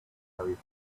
tarifa